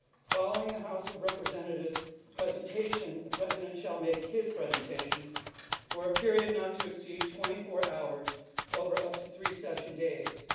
following the house of representatives presentation, the president shall make his presentation for a period not to exceed twenty four hours over up to three session days.